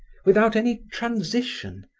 without any transition,